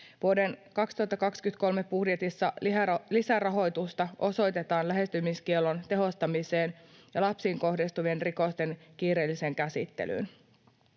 Vuoden 2023 budjetissa lisärahoitusta osoitetaan lähestymiskiellon tehostamiseen ja lapsiin kohdistuvien rikosten kiireelliseen käsittelyyn.